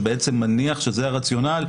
שמניח שזה הרציונל,